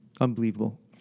unbelievable